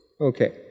Okay